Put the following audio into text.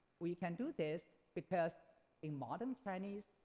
we can do this because in modern chinese